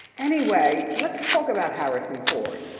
anyway, let's talk about harrison ford.